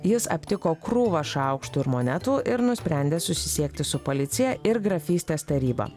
jis aptiko krūvą šaukštų ir monetų ir nusprendė susisiekti su policija ir grafystės taryba